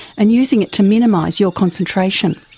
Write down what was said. and using it to minimise your concentration.